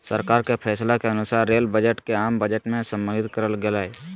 सरकार के फैसला के अनुसार रेल बजट के आम बजट में सम्मलित कर लेल गेलय